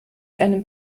einem